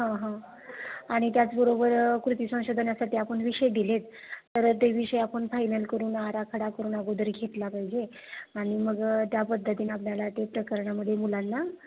हां हां आणि त्याचबरोबर कृती संशोधनासाठी आपण विषय दिलेत तर ते विषय आपण फायनल करून आराखडा करून अगोदर घेतला पाहिजे आणि मग त्या पद्धतीनं आपल्याला ते प्रकरणामध्ये मुलांना